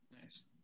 nice